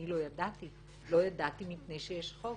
אני לא ידעתי מפני שיש חוק.